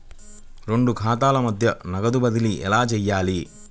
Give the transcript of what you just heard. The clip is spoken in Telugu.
రెండు ఖాతాల మధ్య నగదు బదిలీ ఎలా చేయాలి?